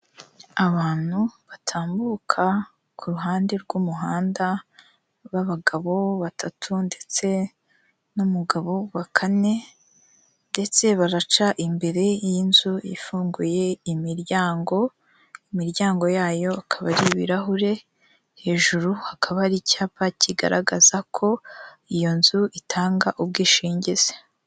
Abantu batambuka ku ruhande rw'umuhanda ba bagabo batatu ndetse n'umugabo wa kane ndetse, baraca imbere y'inzu ifunguye imiryango, imiryango yayo ikaba ari ibirahure, hejuru hakaba ari icyapa kigaragaza ko iyo nzu itanga ubwishingizi.